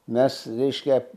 mes reiškia